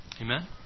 amen